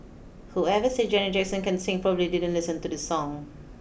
whoever said Janet Jackson can't sing probably didn't listen to this song